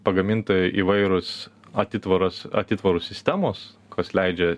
pagaminta įvairūs atitvaras atitvarų sistemos kas leidžia